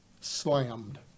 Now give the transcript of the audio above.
slammed